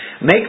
Make